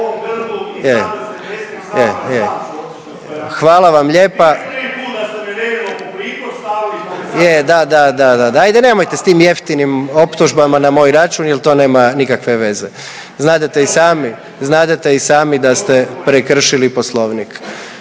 da, da, da, da. Ajde nemojte s tim jeftinim optužbama na moj račun jer to nema nikakve veze. Znadete i sami, znadete i sami da ste prekršili Poslovnik.